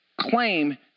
claim